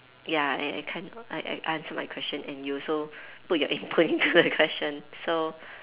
ya I I I kind I I answered my question and you also put your input into the question so